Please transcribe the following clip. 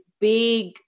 big